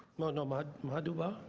ma'am and mad madu bah.